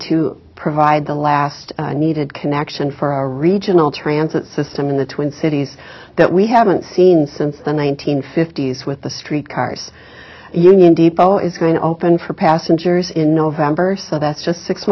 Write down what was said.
to provide the last needed connection for a regional transit system in the twin cities that we haven't seen since the one nine hundred fifty s with the streetcars union depot is going to open for passengers in november so that's just six